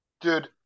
dude